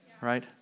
Right